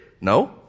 No